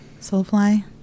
Soulfly